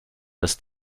dass